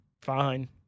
Fine